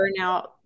burnout